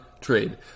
trade